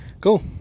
cool